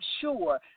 sure